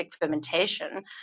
fermentation